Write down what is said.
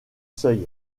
seuil